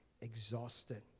exhausted